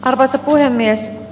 arvoisa puhemies